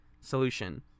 solution